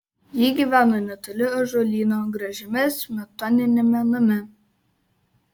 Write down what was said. ji gyveno netoli ąžuolyno gražiame smetoniniame name